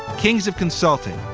kings of consulting,